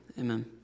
Amen